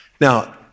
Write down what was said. Now